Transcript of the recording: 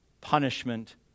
punishment